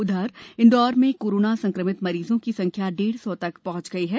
उधर इंदौर में कोरोना संक्रमित मरीजों की संख्या डेढ़ सौ तक पहुंच गई है